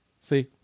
See